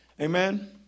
Amen